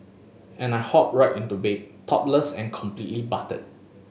and I hop right into bed topless and completely buttered